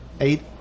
eight